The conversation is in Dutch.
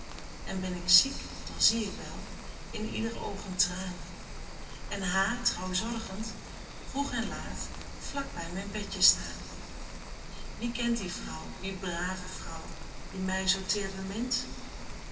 en ben ik ziek dan zie ik wel in ieder oog een traan en haar trouw zorgend vroeg en laat vlak bij mijn bedje staan wie kent die vrouw die brave vrouw die mij zoo teer bemint